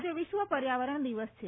આજે વિશ્વ પર્યાવરણ દિવસ છે